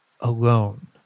alone